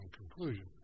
conclusion